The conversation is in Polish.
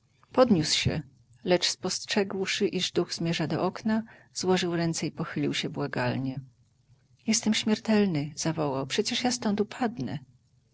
podniósł się lecz spostrzegłszy iż duch zmierza do okna złożył ręce i pochylił się błagalnie jestem śmiertelny zawołał przecież ja stąd upadnę